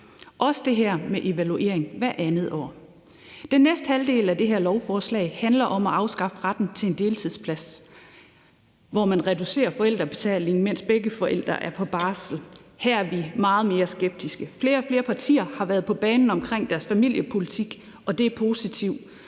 også det her med evaluering hvert andet år. Den næste halvdel af det her lovforslag handler om at afskaffe retten til en deltidsplads, hvor man reducerer forældrebetalingen, mens begge forældre er på barsel. Her er vi meget mere skeptiske. Flere og flere partier har været på banen med deres familiepolitik, og det er positivt.